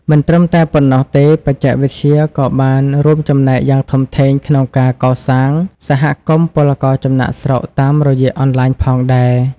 មិនត្រឹមតែប៉ុណ្ណោះទេបច្ចេកវិទ្យាក៏បានរួមចំណែកយ៉ាងធំធេងក្នុងការកសាង សហគមន៍ពលករចំណាកស្រុក តាមរយៈអនឡាញផងដែរ ។